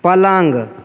पलङ्ग